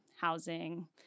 housing